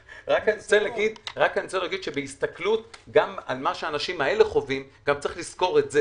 רוצה להגיד שבהסתכלות גם על מה שהאנשים האלה חווים צריך לזכור גם את זה,